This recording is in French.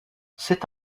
c’est